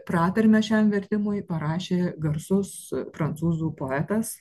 pratarmę šiam vertimui parašė garsus prancūzų poetas